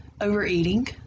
overeating